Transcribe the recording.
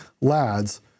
lads